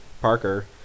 Parker